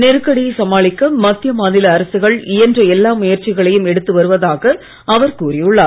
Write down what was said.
நெருக்கடியை சமாளிக்க மத்திய மாநில அரசுகள் இயன்ற எல்லா முயற்சிகளையும் எடுத்து வருவதாக அவர் கூறியுள்ளார்